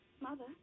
Mother